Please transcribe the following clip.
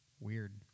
weird